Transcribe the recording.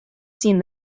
seen